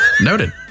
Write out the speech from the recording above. Noted